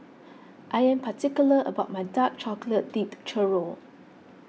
I am particular about my Dark Chocolate Dipped Churro